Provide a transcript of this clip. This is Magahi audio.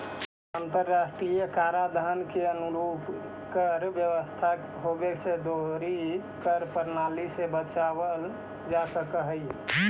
अंतर्राष्ट्रीय कराधान के अनुरूप कर व्यवस्था होवे से दोहरी कर प्रणाली से बचल जा सकऽ हई